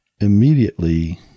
immediately